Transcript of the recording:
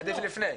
עדיף לפני.